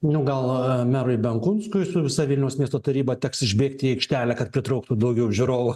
nu gal merui benkunskui su visa vilniaus miesto taryba teks išbėgti į aikštelę kad pritrauktų daugiau žiūrovų